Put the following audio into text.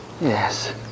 Yes